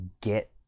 get